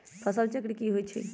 फसल चक्र की होइ छई?